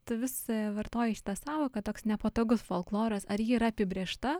tu vis vartoji šitą sąvoką toks nepatogus folkloras ar ji yra apibrėžta